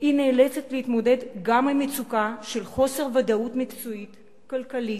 היא נאלצת להתמודד גם עם מצוקה של חוסר ודאות מקצועית וכלכלית.